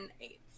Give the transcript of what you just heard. eight